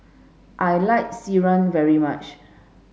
I like Sireh very much